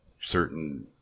certain